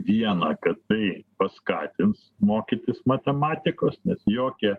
viena kad tai paskatins mokytis matematikos nes jokie